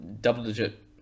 double-digit